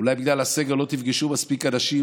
אולי בגלל הסגר לא תפגשו מספיק אנשים,